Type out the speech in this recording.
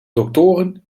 doctoren